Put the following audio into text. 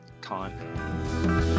time